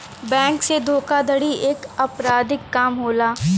bank से धोखाधड़ी एक अपराधिक काम होला